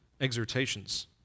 exhortations